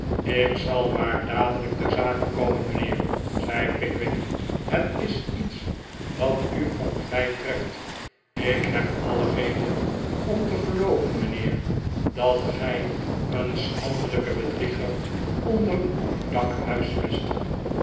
ik zal maar dadelijk ter zake komen mijnheer zei pickwick het is iets dat u van nabij betreft ik heb alle reden om te gelooven mijnheer dat gij een schandelijken bedrieger onder uw dak huisvest